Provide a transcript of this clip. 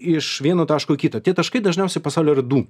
iš vieno taško į kitą tie taškai dažniausiai pasauly yra du